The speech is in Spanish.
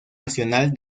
nacional